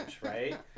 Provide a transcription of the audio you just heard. right